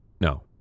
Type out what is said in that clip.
No